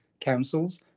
councils